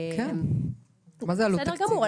בסדר גמור,